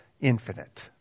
infinite